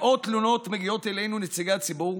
מאות תלונות מגיעות אלינו, נציגי הציבור,